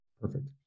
Perfect